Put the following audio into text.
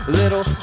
little